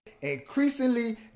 increasingly